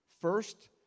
First